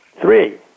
Three